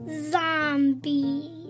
Zombie